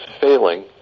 failing